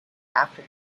after